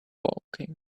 woking